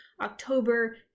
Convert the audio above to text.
October